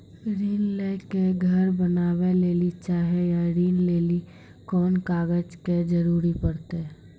ऋण ले के घर बनावे लेली चाहे या ऋण लेली कोन कागज के जरूरी परतै?